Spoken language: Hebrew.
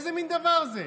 איזה מן דבר זה?